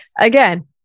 Again